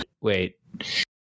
wait